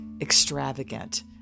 extravagant